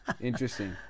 Interesting